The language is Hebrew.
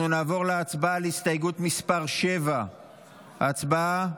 אנחנו נעבור להצבעה על הסתייגות מס' 7. הצבעה.